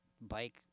Bike